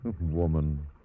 Woman